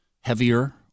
heavier